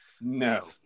No